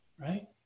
Right